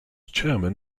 chairman